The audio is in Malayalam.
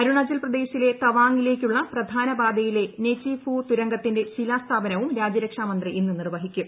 അരുണാചൽ പ്രദേശിലെ തവാങ്ങിലേക്കുളള പ്രധാന പാതയിലെ നെചിഫു തുരങ്കത്തിന്റെ ശിലാസ്ഥാപനവും രാജ്യരക്ഷാമന്ത്രി ഇന്ന് നിർവഹിക്കും